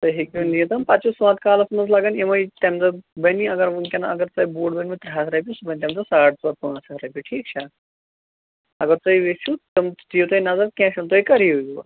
تُہۍ ہیٚکِو نِتھ پَتہٕ چھُ سونٛتہٕ کالَس منٛز لگان یِمے تَمہِ دۄہ بَنی اگر وُنکٮ۪ن اگر تۄہہِ بوٗٹ بَنوٕ ترٛےٚ ہَتھ رۄپیہِ سُہ بَنہِ تَمہِ دۄہ ساڑٕ ژور پانٛژھ ہَتھ رۄپیہِ ٹھیٖک چھا اگر تُہۍ یژھِو تِم دِیِو تُہۍ نظر کیٚنٛہہ چھُنہٕ تُہۍ کٔرِو یِیِو یور